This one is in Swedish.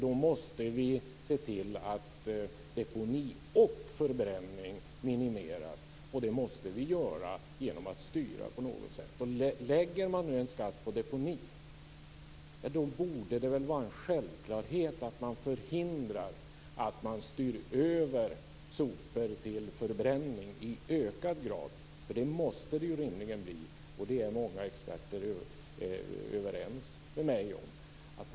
Då måste vi se till att deponi och förbränning minimeras. Det måste vi göra genom att styra på något sätt. Om man nu lägger en skatt på deponi, borde det vara en självklarhet att man förhindrar att man styr över sopor till förbränning i ökad grad. För så måste det rimligen bli, och det är många experter överens med mig om.